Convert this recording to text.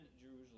Jerusalem